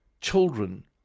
children